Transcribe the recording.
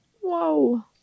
Whoa